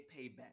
payback